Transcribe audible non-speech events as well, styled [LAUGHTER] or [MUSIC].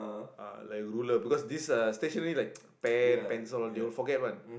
uh like ruler because this uh stationary like [NOISE] pens pencil they will forget [one]